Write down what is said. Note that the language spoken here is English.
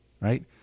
right